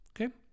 Okay